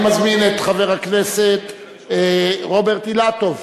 אני מזמין את חבר הכנסת רוברט אילטוב